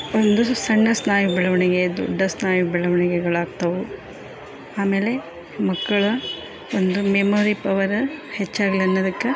ಒಂದು ಸಣ್ಣ ಸ್ನಾಯು ಬೆಳವಣಿಗೆ ದೊಡ್ಡ ಸ್ನಾಯು ಬೆಳವಣಿಗೆಗಳಾಗ್ತಾವು ಆಮೇಲೆ ಮಕ್ಕಳ ಒಂದು ಮೆಮೊರಿ ಪವರ್ ಹೆಚ್ಚಾಗ್ಲಿ ಅನ್ನೋದಕ್ಕ